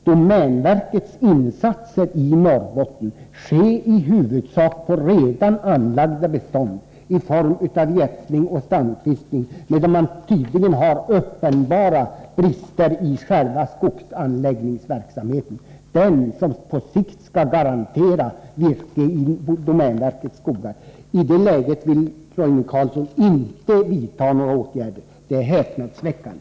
Domänverkets insatser i Norrbotten utförs i huvudsak inom redan anlagda bestånd i form av gödsling och stamkvistning, medan man har uppenbara brister i själva skogsanläggningsverksamheten — den som på sikt skall garantera virke i domänverkets skogar. I det läget vill Roine Carlsson inte vidta några åtgärder. Det är häpnadsväckande.